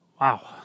Wow